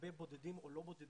לגבי בודדים או לא בודדים.